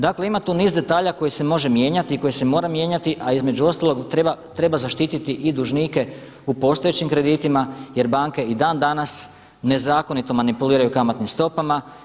Dakle ima tu niz detalja koji se mogu mijenjati i koji se moraju mijenjati a između ostalog treba zaštiti i dužnike u postojećim kreditima jer banke i dan danas nezakonito manipuliraju kamatnim stopama.